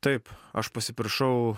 taip aš pasipiršau